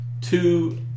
two